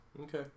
Okay